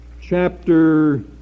chapter